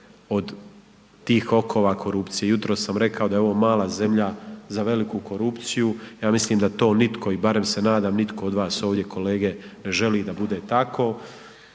od tih okova korupcije. Jutros sam rekao da je ovo mala zemlja za veliku korupciju, ja mislim da to nitko i barem se nadam nitko od vas kolege ovdje ne želi da bude tako,